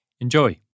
Enjoy